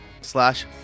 slash